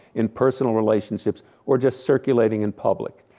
in personal relationships or just circulating in public.